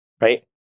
Right